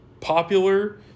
popular